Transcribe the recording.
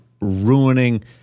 ruining